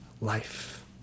life